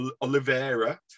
Oliveira